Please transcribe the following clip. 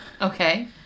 Okay